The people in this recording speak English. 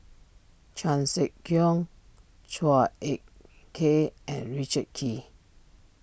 Chan Sek Keong Chua Ek Kay and Richard Kee